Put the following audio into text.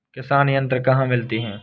किसान यंत्र कहाँ मिलते हैं?